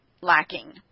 lacking